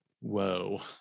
whoa